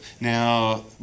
Now